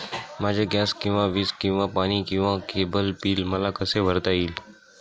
माझे गॅस किंवा वीज किंवा पाणी किंवा केबल बिल मला कसे भरता येईल?